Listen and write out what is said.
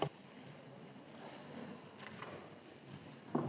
Hvala